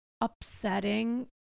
upsetting